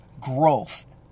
growth